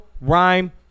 rhyme